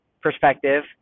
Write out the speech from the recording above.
perspective